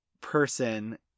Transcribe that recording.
person